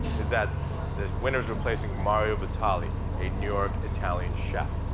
it's that the winner's replacing mario batali, a new york italian chef.